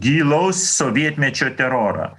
gilaus sovietmečio terorą